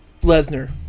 Lesnar